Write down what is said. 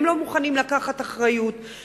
הם לא מוכנים לקחת אחריות,